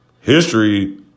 history